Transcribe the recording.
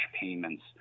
payments